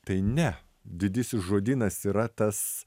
tai ne didysis žodynas yra tas